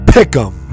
Pick'em